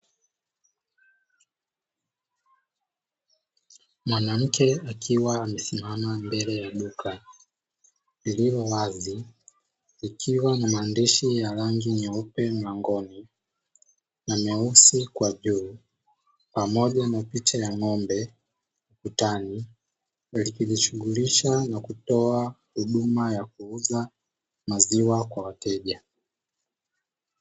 Mwanamke akiwa amesimama mbele ya duka lililowazi likiwa na maandishi ya rangi nyeupe mlangoni na nyeusi kwa juu, pamoja na picha ya ng'ombe ukutani likijishughulisha na kutoa huduma ya kuuza maziwa kwa wateja.